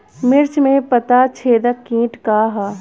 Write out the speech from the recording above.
मिर्च में पता छेदक किट का है?